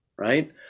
right